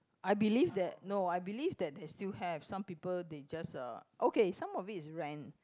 I believe that no I believe that there still have some people they just uh okay some of it is rent